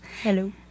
Hello